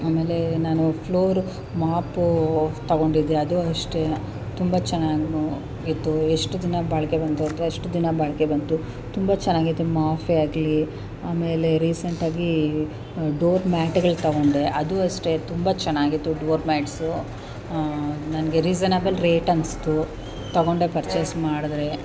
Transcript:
ಆಮೇಲೆ ನಾನು floor mop ತಗೊಂಡಿದ್ದೆ ಅದು ಅಷ್ಟೇ ತುಂಬ ಚೆನ್ನಾಗಿಯೂ ಇತ್ತು ಎಷ್ಟು ದಿನ ಬಾಳಿಕೆ ಬಂತು ಅಂದರೆ ಅಷ್ಟು ದಿನ ಬಾಳಿಕೆ ಬಂತು ತುಂಬ ಚೆನ್ನಾಗಿತ್ತು ಮಾಫೇ ಆಗಲೀ ಆಮೇಲೆ ರೀಸೆಂಟ್ ಆಗಿ ಡೋರ್ ಮ್ಯಾಟ್ಗಳು ತಗೊಂಡೆ ಅದೂ ಅಷ್ಟೇ ತುಂಬ ಚೆನ್ನಾಗಿತ್ತು ಡೋರ್ ಮ್ಯಾಟ್ಸು ನನಗೆ ರೀಸನೆಬಲ್ ರೇಟ್ ಅನಿಸ್ತು ತಗೊಂಡೆ ಪರ್ಚೇಸ್ ಮಾಡಿದ್ರೆ